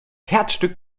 herzstück